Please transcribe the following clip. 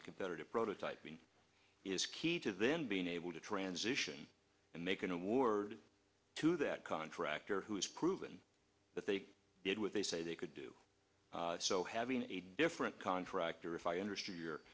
and competitive prototyping is key to them being able to transition and make an award to that contractor who has proven that they did with they say they could do so having a different contractor if i understood your